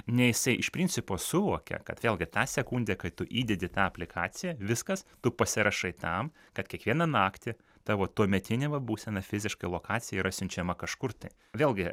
nei jisai iš principo suvokia kad vėlgi tą sekundę kai tu įdedi tą aplikaciją viskas tu pasirašai tam kad kiekvieną naktį tavo tuometinė va būsena fiziška lokacija yra siunčiama kažkur tai vėlgi